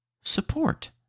support